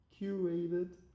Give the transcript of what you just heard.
curated